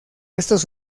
restos